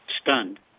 stunned